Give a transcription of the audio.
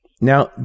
Now